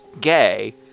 gay